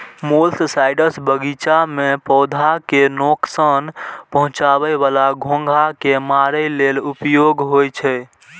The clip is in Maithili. मोलस्कसाइड्स बगीचा मे पौधा कें नोकसान पहुंचाबै बला घोंघा कें मारै लेल उपयोग होइ छै